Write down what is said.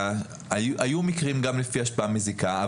היו מקרים גם בנושא השפעה מזיקה,